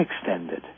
extended